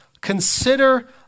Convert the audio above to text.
Consider